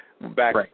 back